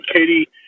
Katie